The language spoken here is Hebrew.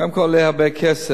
קודם כול, זה עולה הרבה כסף.